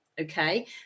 okay